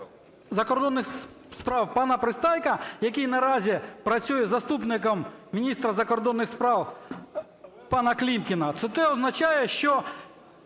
закордонних справ пана Пристайка, який наразі працює заступником міністра закордонних справ пана Клімкіна, то це означає, що